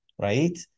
right